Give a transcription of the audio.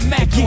Mac